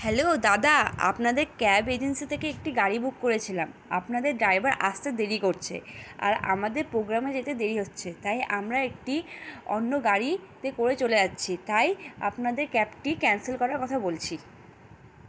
hello দাদা আপনাদের cab agency থেকে একটি গাড়ি বুক করেছিলাম আপনাদের ড্রাইভার আসতে দেরি করছে আর আমাদের প্রোগ্রামে যেতে দেরি হচ্ছে তাই আমরা একটি অন্য গাড়িতে করে চলে যাচ্ছি তাই আপনাদের ক্যাবটি ক্যান্সেল করার কথা বলছি